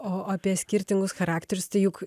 o apie skirtingus charakterius tai juk